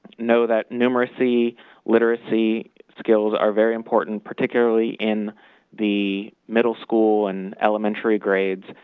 know that numeracy literacy skills are very important, particularly in the middle school and elementary grades.